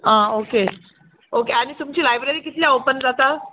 आं okay okay आनी तुमची लायब्ररी कितल्यां ओपन जाता